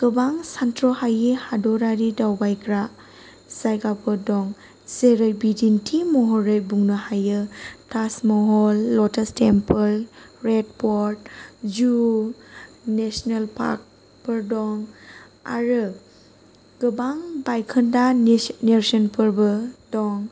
गोबां सानथ्र'हायि हादरारि दावबायग्रा जायगाफोर दं जेरै बिदिन्थि महरै बुंनो हायो Taj Mahal lotus temple red fort zoo national पार्कफोर दं आरो गोबां बायखोन्दा नेरसोनफोरबो दं